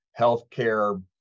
healthcare